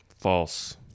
False